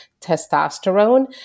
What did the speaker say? testosterone